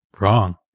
wrong